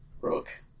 Rook